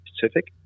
Pacific